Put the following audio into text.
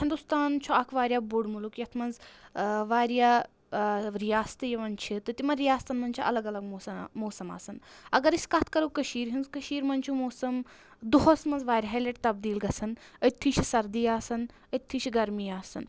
ہِندوستان چھُ اکھ واریاہ بوٚڑ مُلُک یَتھ منٛز واریاہ رِیَاستہٕ یِوان چھِ تہٕ تِمَن رِیاستن منٛز چھِ الگ الگ موسم آسان اگر أسۍ کَتھ کَرو کٔشیٖر ہٕنٛز کٔشیٖر منٛز چھُ موسم دۄہَس منٛز واریاہ لٕٹہِ تبدیٖل گژھان أتتھی چھِ سردی آسان أتتھی چھِ گرمی آسان